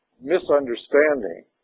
misunderstanding